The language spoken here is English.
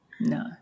No